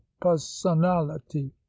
personality